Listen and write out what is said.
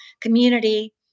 community